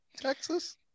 Texas